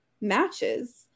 matches